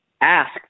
ask